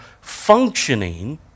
functioning